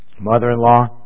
mother-in-law